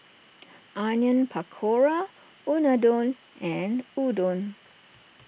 Onion Pakora Unadon and Udon